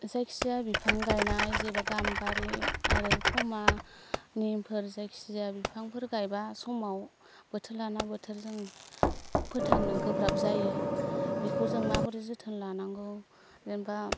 जायखि जाया बिफां गायनाय जेनबा गामबारि आरो फ'मा निमफोर जायखि जाया बिफांफोर गायबा समाव बोथोर लाना बोथोर जों फोथांनो गोब्राब जायो बिखौ जों माबोरै जोथोन लानांगौ जेनेबा